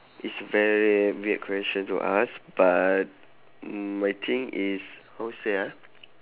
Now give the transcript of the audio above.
it's very very weird question to ask but mm I think is how to say ah